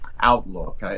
outlook